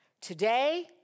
Today